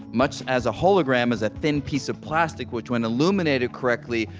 much as a hologram is a thin piece of plastic which, when illuminated correctly,